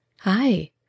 Hi